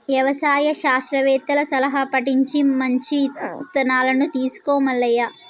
యవసాయ శాస్త్రవేత్తల సలహా పటించి మంచి ఇత్తనాలను తీసుకో మల్లయ్య